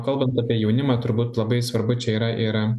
kalbant apie jaunimą turbūt labai svarbu čia yra yra